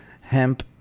Hemp